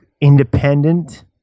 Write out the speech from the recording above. independent